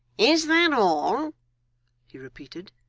is that all he repeated,